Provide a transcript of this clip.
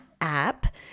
app